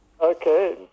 Okay